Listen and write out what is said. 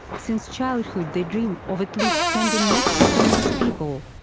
since childhood, they dream of at least standing next to famous people,